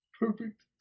perfect